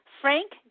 Frank